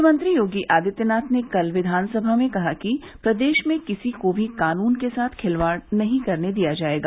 मुख्यमंत्री योगी आदित्यनाथ ने कल विधानसभा में कहा कि प्रदेश में किसी को भी कानून के साथ खिलवाड़ नहीं करने दिया जायेगा